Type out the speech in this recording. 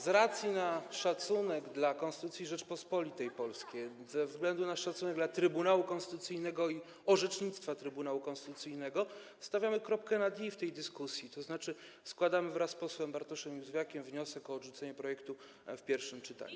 Z racji szacunku dla Konstytucji Rzeczypospolitej Polskiej i ze względu na szacunek dla Trybunału Konstytucyjnego i orzecznictwa Trybunału Konstytucyjnego stawiamy kropkę nad i w tej dyskusji, tzn. wraz z posłem Bartoszem Józwiakiem składamy wniosek o odrzucenie projektu w pierwszym czytaniu.